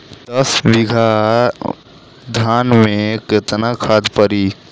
दस बिघा धान मे केतना खाद परी?